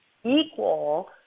equal